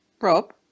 Rob